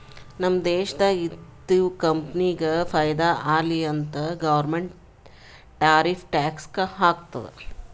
ನಮ್ ದೇಶ್ದಾಗ್ ಇದ್ದಿವ್ ಕಂಪನಿಗ ಫೈದಾ ಆಲಿ ಅಂತ್ ಗೌರ್ಮೆಂಟ್ ಟಾರಿಫ್ ಟ್ಯಾಕ್ಸ್ ಹಾಕ್ತುದ್